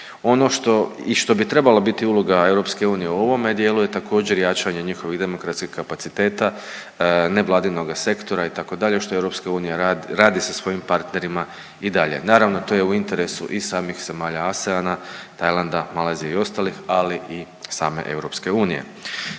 Ono što i što bi trebala biti uloga EU u ovome dijelu je također jačanje njihovih demokratskih kapaciteta nevladinoga sektora itd. što EU radi sa svojim partnerima i dalje. Naravno to je u interesu i samih zemalja ASEAN-a, Tajlanda, Malezije i ostalih, ali i same EU.